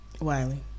Wiley